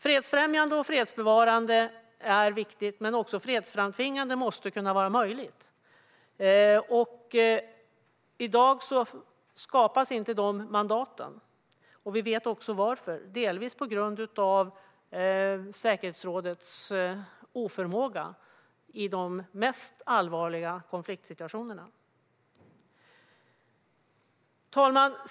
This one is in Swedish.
Fredsfrämjande och fredsbevarande är viktigt, men också fredsframtvingande måste kunna vara möjligt. I dag skapas inte dessa mandat, och vi vet varför. Det är delvis på grund av säkerhetsrådets oförmåga i de mest allvarliga konfliktsituationerna. Herr talman!